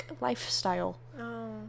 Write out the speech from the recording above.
lifestyle